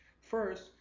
First